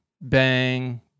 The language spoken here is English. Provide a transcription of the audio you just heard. bang